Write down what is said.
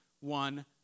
one